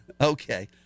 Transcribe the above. Okay